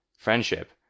friendship